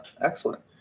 Excellent